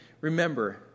Remember